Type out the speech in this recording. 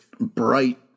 bright